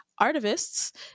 artivists